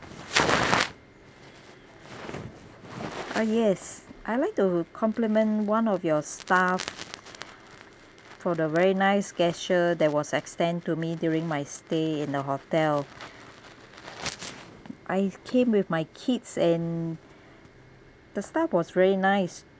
ah yes I'd like to compliment one of your staff for the very nice gesture that was extend to me during my stay in the hotel I came with my kids and the staff was very nice